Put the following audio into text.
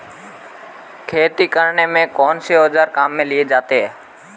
खेती करने में कौनसे औज़ार काम में लिए जाते हैं?